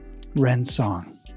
Rensong